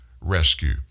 rescue